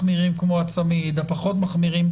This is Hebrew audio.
מכובדיי,